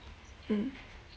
mmhmm